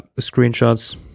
screenshots